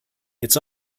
it’s